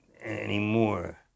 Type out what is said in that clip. anymore